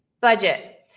budget